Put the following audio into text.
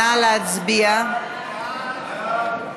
ההצעה להעביר את הצעת